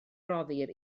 roddir